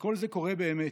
שכל זה קורה באמת,